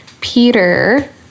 peter